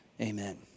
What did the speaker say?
Amen